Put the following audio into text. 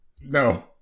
No